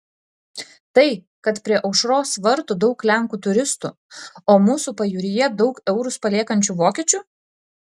tai kad prie aušros vartų daug lenkų turistų o mūsų pajūryje daug eurus paliekančių vokiečių